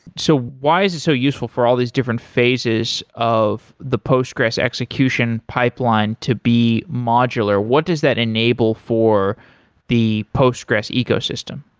so why is this so useful for all these different phases of the postgres execution pipeline to be modular? what does that enable for the postgres ecosystem?